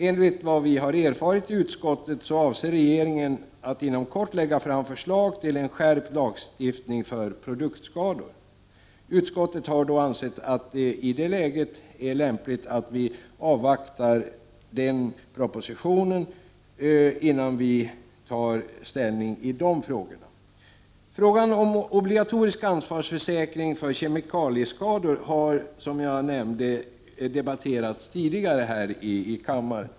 Enligt vad vi har erfarit i utskottet avser regeringen att inom kort lägga fram förslag till skärpt lagstiftning för produktskador. Utskottet har då ansett att det i det läget är lämpligt att vi avvaktar den propositionen innan vi tar ställning i denna fråga. Frågan om obligatorisk ansvarsförsäkring för kemikalieskador har, som jag nämnde, diskuterats tidigare här i kammaren.